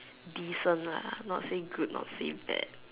decent ah not say good not say bad